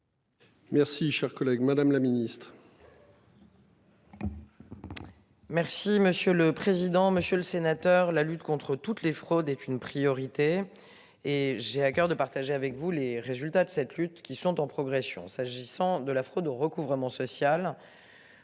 Merci cher collègue. Madame la Ministre.